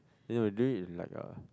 you know do it like a